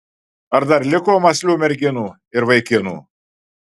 ar dar liko mąslių merginų ir vaikinų